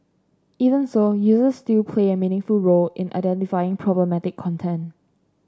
even so users still play a meaningful role in identifying problematic content